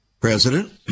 president